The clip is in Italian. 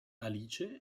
alice